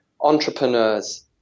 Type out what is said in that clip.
entrepreneurs